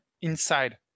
inside